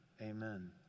Amen